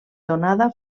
donada